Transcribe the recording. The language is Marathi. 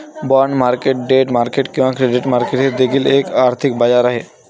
बाँड मार्केट डेट मार्केट किंवा क्रेडिट मार्केट हे देखील एक आर्थिक बाजार आहे